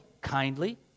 kindly